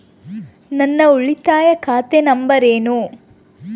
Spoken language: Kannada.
ನನ್ನ ಉಳಿತಾಯ ಖಾತೆ ನಂಬರ್ ಏನು?